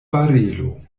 barelo